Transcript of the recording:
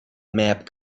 map